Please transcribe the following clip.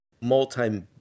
multi